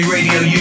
Radio